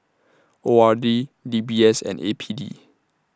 O R D D B S and A P D